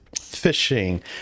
fishing